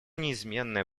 неизменная